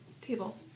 table